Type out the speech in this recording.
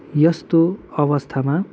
यस्तो अवस्थामा